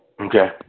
Okay